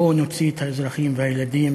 בואו נוציא את האזרחים והילדים